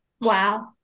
Wow